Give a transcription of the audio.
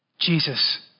Jesus